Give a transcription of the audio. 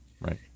Right